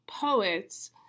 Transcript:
poets